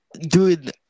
dude